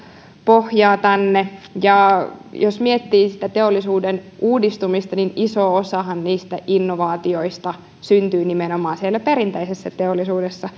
pohjaa tänne jos miettii sitä teollisuuden uudistumista niin iso osahan niistä innovaatioista syntyy nimenomaan siellä perinteisessä teollisuudessa